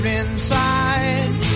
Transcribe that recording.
inside